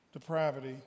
Depravity